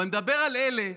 אבל אני מדבר על אלה,